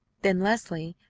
then leslie,